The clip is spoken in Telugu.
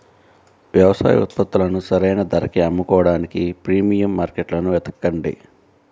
వ్యవసాయ ఉత్పత్తులను సరైన ధరకి అమ్ముకోడానికి ప్రీమియం మార్కెట్లను వెతకండి